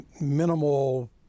minimal